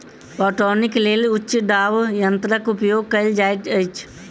पटौनीक लेल उच्च दाब यंत्रक उपयोग कयल जाइत अछि